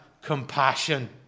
compassion